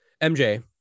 MJ